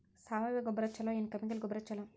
ಸಾವಯವ ಗೊಬ್ಬರ ಛಲೋ ಏನ್ ಕೆಮಿಕಲ್ ಗೊಬ್ಬರ ಛಲೋ?